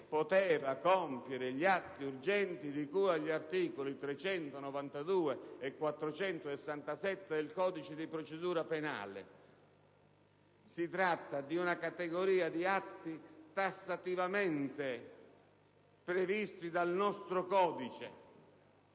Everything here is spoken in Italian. poteva compiere gli atti urgenti di cui agli articoli 392 e 467 del codice di procedura penale. Si tratta di una categoria di atti tassativamente previsti dal nostro codice.